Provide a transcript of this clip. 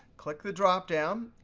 click the dropdown,